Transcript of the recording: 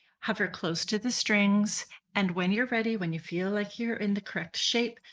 hover close to the strings and when you're ready, when you feel like you're in the correct shape,